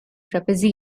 trapeze